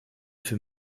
für